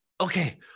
okay